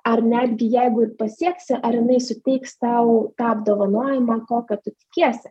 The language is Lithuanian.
ar netgi jeigu ir pasieksi ar jinai suteiks tau tą apdovanojimą kokio tu tikiesi